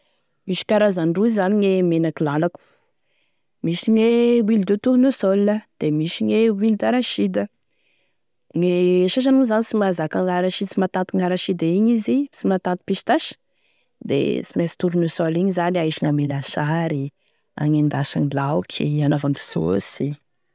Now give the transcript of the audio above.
Misy karazany roy zany gne menaky lalako, misy gne huile de tournesol da misy gne huile d'arachides, gne sasany moa zany sy mahazaka sy mahatanty e huile d'arachides igny izy sy mahatanty pistache da tsy maintsy tournesol igny zany ahisigny ame lasary, agnendasany laoky, hanaovagny saosy.